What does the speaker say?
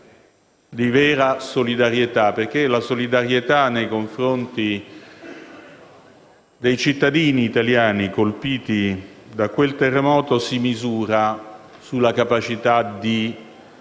di vera solidarietà. Sì, perché la solidarietà nei confronti dei cittadini italiani colpiti da quel terremoto si misura sulla capacità di